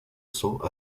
cents